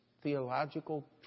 theological